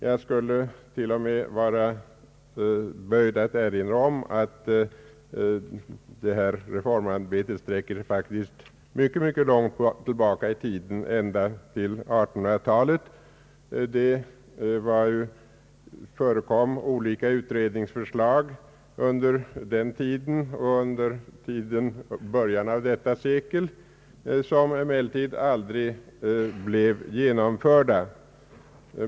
Jag skulle till och med vara böjd att påstå att detta reformarbete faktiskt sträcker sig mycket, mycket långt tillbaka i tiden, ända till 1800 talet. Vid den tiden och i början av detta sekel förekom olika utredningsförslag, som emellertid aldrig blev genomförda.